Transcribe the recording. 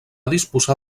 disposar